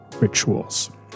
rituals